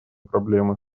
проблемы